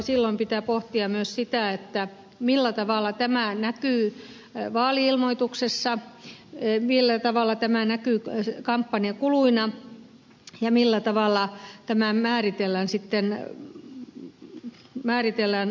silloin pitää pohtia myös sitä millä tavalla tämä näkyy vaali ilmoituksessa millä tavalla tämä näkyy kampanjakuluina ja millä tavalla tämä määritellään sitten lahjoituksessa